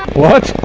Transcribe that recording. what!